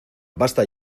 basta